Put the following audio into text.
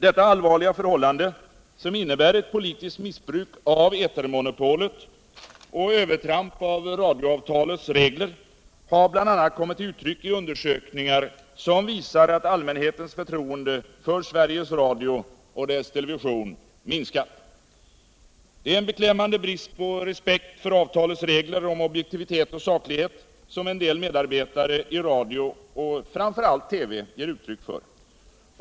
Detta allvarliga förhållande —- som innebär ett politiskt missbruk av etermonopolet och övertramp av radioavtalets regler — har framkommit bl.a. i undersökningar som visar att allmänhetens förtroende för Sveriges Radio och «dess television minskat. Det är en beklämmande brist på respekt för avtalets regler om objektivitet och saklighet som en del medarbetare i radio och framför allt i TV ger uttryck för.